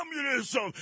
communism